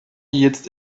jetzt